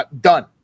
Done